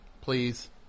Please